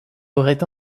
aurait